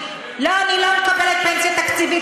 לא, אני לא מקבלת פנסיה תקציבית.